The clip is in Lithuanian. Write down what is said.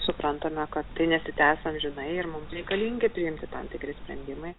suprantame kad tai nesitęs amžinai ir mum reikalingi priimti tam tikri sprendimai